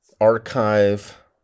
archive